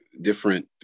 different